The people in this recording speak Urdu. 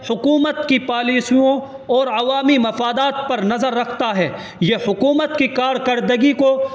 حکومت کی پالیسیوں اور عوامی مفادات پر نظر رکھتا ہے یہ حکومت کی کارکردگی کو